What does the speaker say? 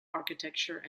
architecture